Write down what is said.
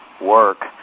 work